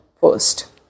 first